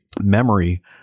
memory